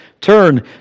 turn